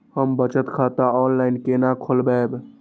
हम बचत खाता ऑनलाइन केना खोलैब?